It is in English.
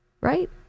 right